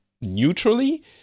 neutrally